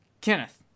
Kenneth